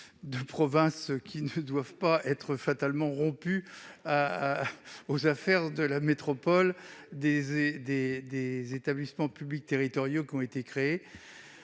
de province qui ne sont pas forcément rompus aux affaires de la métropole et des établissements publics territoriaux qui ont été créés.